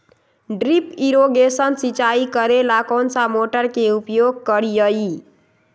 Drip irrigation सिंचाई करेला कौन सा मोटर के उपयोग करियई?